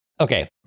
Okay